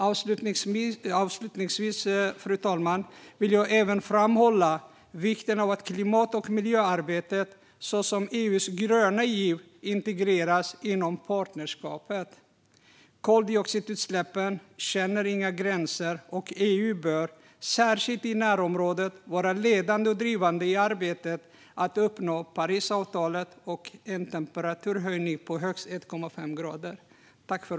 Avslutningsvis, fru talman, vill jag även framhålla vikten av att klimat och miljöarbetet, såsom EU:s gröna giv, integreras inom partnerskapet. Koldioxidutsläppen känner inga gränser, och EU bör, särskilt i sitt närområde, vara ledande och drivande i arbetet med att uppnå Parisavtalet och en temperaturhöjning på högst 1,5 grader.